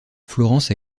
florence